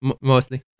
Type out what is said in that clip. mostly